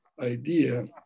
idea